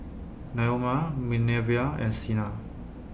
Naoma Minervia and Sina